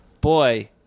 Boy